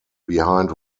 behind